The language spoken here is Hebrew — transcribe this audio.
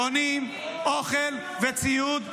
קונים אוכל וציוד לחמאס.